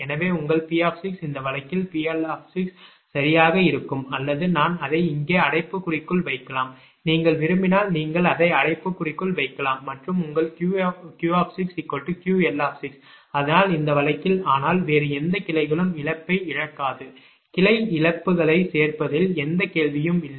எனவே உங்கள் P இந்த வழக்கில் PL சரியாக இருக்கும் அல்லது நான் அதை இங்கே அடைப்புக்குறிக்குள் வைக்கலாம் நீங்கள் விரும்பினால் நீங்கள் அதை அடைப்புக்குறிக்குள் வைக்கலாம் மற்றும் உங்கள் Q QL அதனால் இந்த வழக்கில் ஆனால் வேறு எந்த கிளைகளும் இழப்பை இழக்காது கிளை இழப்புகளைச் சேர்ப்பதில் எந்த கேள்வியும் இல்லை